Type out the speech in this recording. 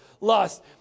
lust